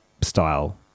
style